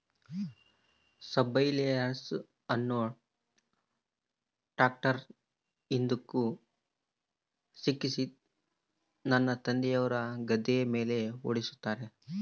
subsoiler ಅನ್ನು ಟ್ರ್ಯಾಕ್ಟರ್ನ ಹಿಂದುಕ ಸಿಕ್ಕಿಸಿ ನನ್ನ ತಂದೆಯವರು ಗದ್ದೆಯ ಮೇಲೆ ಓಡಿಸುತ್ತಾರೆ